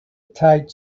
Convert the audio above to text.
tight